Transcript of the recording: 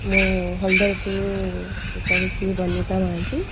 ମୁଁ ହଲଦରପୁରରୁ କହୁଛି ବନିତା ମହାନ୍ତି